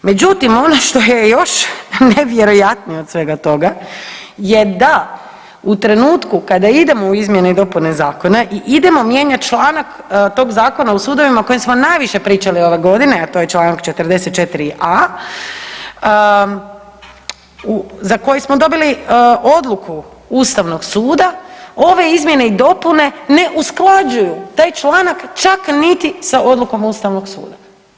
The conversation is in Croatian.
Međutim, ono što je još nevjerojatnije od svega toga je da u trenutku kada idemo u izmjene i dopune zakona i idemo mijenjat članak tog Zakona o sudovima o kojem smo najviše pričali ove godine, a to je Članak 44a. za koji smo dobili odluku Ustavnog suda, ove izmjene i dopune ne usklađuju taj članak čak niti sa odlukom Ustavnog suda.